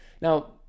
Now